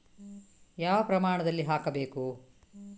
ಯಾವ ಪ್ರಮಾಣದಲ್ಲಿ ಹಾಕಬೇಕು?